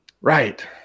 Right